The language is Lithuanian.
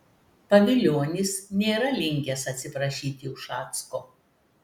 pavilionis nėra linkęs atsiprašyti ušacko